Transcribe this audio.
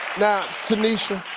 now tanisha,